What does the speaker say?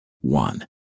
one